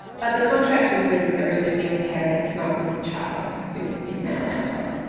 but the contract was with the recipient parents, not with the child, who is now an adult.